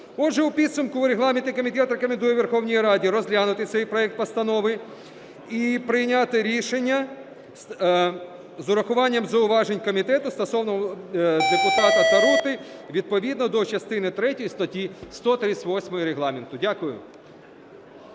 Отже, у підсумку регламентний комітет рекомендує Верховній Раді розглянути цей проект постанови і прийняти рішення з урахуванням зауважень комітету стосовно депутата Тарути відповідно до частини третьої статті 138 Регламенту. Дякую.